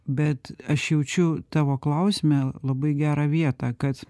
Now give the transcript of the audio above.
bet aš jaučiu tavo klausime labai gerą vietą kad